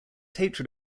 hatred